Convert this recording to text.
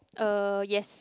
uh yes